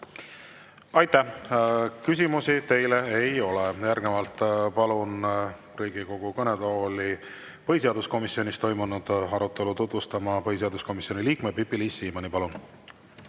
Aitäh! Küsimusi teile ei ole. Järgnevalt palun Riigikogu kõnetooli põhiseaduskomisjonis toimunud arutelu tutvustama põhiseaduskomisjoni liikme Pipi-Liis Siemanni. Palun!